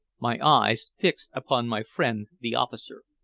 my eyes fixed upon my friend the officer.